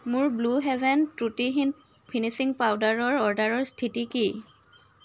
মোৰ blue heaven ত্ৰুটিহীন finishing পাউদাৰৰ অৰ্ডাৰৰ স্থিতি কি